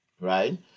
right